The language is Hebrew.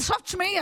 אז עכשיו תשמעי,